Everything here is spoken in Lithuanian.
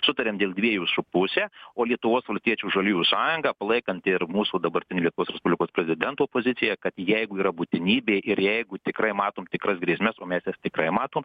sutarėm dėl dviejų su puse o lietuvos valstiečių žaliųjų sąjunga palaikanti ir mūsų dabartinę lietuvos respublikos prezidento poziciją kad jeigu yra būtinybė ir jeigu tikrai matom tikras grėsmes o mes jas tikrai matom